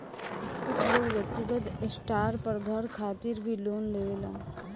कुछ लोग व्यक्तिगत स्टार पर घर खातिर भी लोन लेवेलन